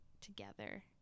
together